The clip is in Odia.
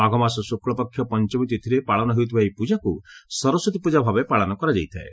ମାଘମାସ ଶୁକ୍ଳ ପକ୍ଷ ପଞ୍ଚମୀ ତିଥିରେ ପାଳନ ହେଉଥିବା ଏହି ପୂଜାକୁ ସରସ୍ୱତୀ ପୂଜା ଭାବେ ପାଳନ କରାଯାଇଥାଏ